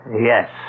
Yes